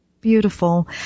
Beautiful